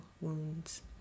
wounds